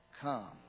come